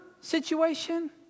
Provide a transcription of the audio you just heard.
situation